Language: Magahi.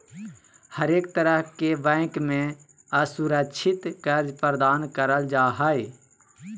हरेक तरह के बैंक मे असुरक्षित कर्ज प्रदान करल जा हय